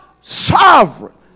sovereign